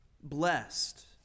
blessed